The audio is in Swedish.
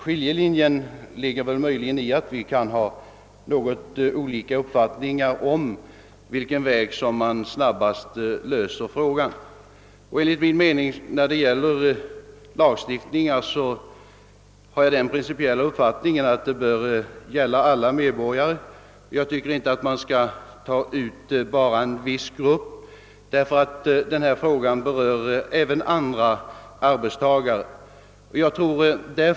Skiljelinjen ligger möjligen däri att vi kan ha något olika uppfattningar om på vilken väg man snabbast löser frågan. Jag har den principiella uppfattningen att denna lagstiftning bör gälla alla medborgare. Jag tycker inte att man skall bryta ut någon viss grupp, eftersom denna fråga berör även andra arbetstagare.